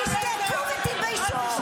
תשתקו ותתביישו,